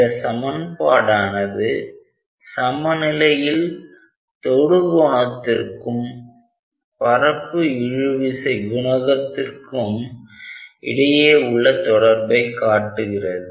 இந்த சமன்பாடானது சமநிலையில் தொடு கோணத்திற்கும் பரப்பு இழு விசை குணகத்திற்கும் இடையே உள்ள தொடர்பை காட்டுகிறது